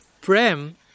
Prem